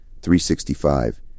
365